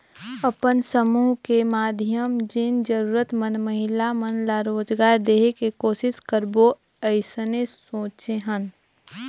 अपन समुह के माधियम जेन जरूरतमंद महिला मन ला रोजगार देहे के कोसिस करबो अइसने सोचे हन